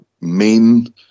main